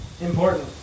Important